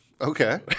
Okay